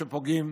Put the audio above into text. שפוגעות